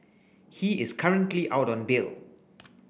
he is currently out on bail